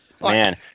Man